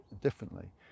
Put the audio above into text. differently